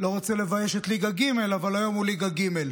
לא רוצה לבייש את ליגה ג' אבל היום הוא ליגה ג';